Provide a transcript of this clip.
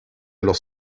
los